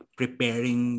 preparing